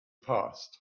passed